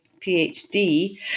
PhD